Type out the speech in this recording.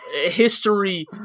history